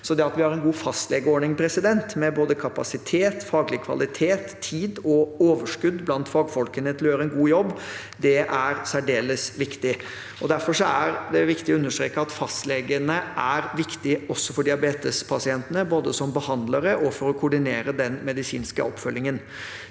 Det at vi har en god fastlegeordning, med både kapasitet, faglig kvalitet, tid og overskudd blant fagfolkene til å gjøre en god jobb, er særdeles viktig. Derfor er det viktig å understreke at fastlegene er viktige også for diabetespasientene, både som behandlere og for å koordinere den medisinske oppfølgingen.